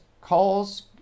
calls